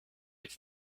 it’s